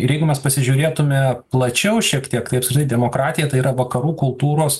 ir jeigu mes pasižiūrėtume plačiau šiek tiek tai demokratija tai yra vakarų kultūros